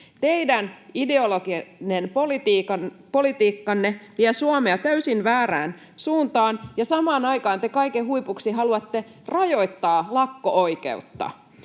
Teidän ideologinen politiikkanne vie Suomea täysin väärään suuntaan, ja samaan aikaan te kaiken huipuksi haluatte rajoittaa lakko-oikeutta.